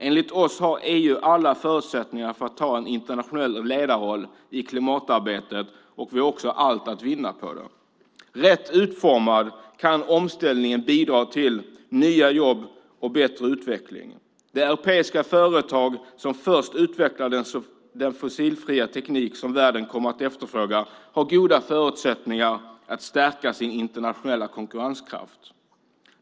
Enligt oss har EU alla förutsättningar att ta en internationell ledarroll i klimatarbetet och har allt att vinna på det. Rätt utformad kan omställningen bidra till nya jobb och bättre utveckling. De europeiska företag som först utvecklar den fossilfria teknik som världen kommer att efterfråga har goda förutsättningar att stärka sin internationella konkurrenskraft.